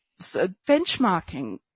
benchmarking